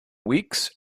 weeks